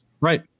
Right